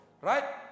Right